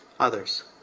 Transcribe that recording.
others